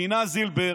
דינה זילבר,